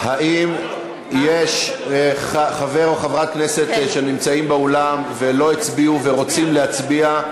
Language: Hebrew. האם יש חבר או חברת כנסת שנמצאים באולם ולא הצביעו ורוצים להצביע?